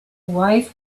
wife